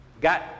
got